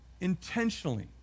intentionally